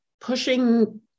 pushing